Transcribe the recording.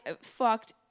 fucked